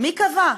מי קבע?